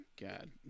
God